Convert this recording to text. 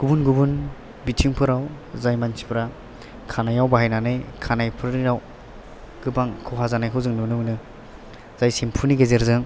गुबुन गुबुन बिथिंफोराव जाय मानसिफ्रा खानायाव बाहायनानै खानायफोराव गोबां खहा जानायखौ जों नुनो मोनो जाय सेम्फुनि गेजेरजों